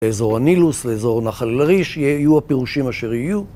לאזור הנילוס, לאזור נחל לריש יהיו הפירושים אשר יהיו.